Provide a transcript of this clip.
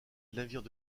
navires